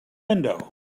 window